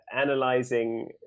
analyzing